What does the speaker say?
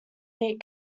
meat